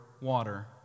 water